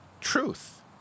truth